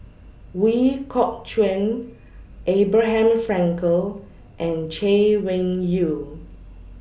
Ooi Kok Chuen Abraham Frankel and Chay Weng Yew